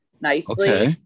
nicely